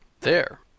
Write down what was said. There